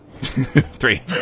Three